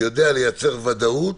שיודע לייצר ודאות